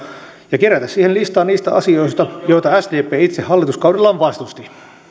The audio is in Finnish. ja kerätä siihen listaa niistä asioista joita sdp itse hallituskaudellaan vastusti